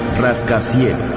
Rascacielos